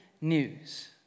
news